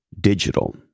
digital